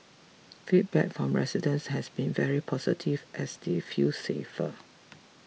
feedback from residents has been very positive as they feel safer